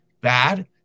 bad